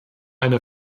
eine